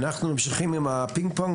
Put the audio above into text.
אנחנו ממשיכים עם הפינג פונג,